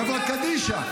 החברה קדישא.